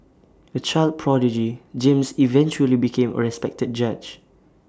A child prodigy James eventually became A respected judge